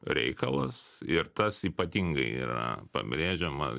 reikalas ir tas ypatingai yra pabrėžiama